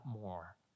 more